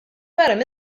ferm